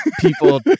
people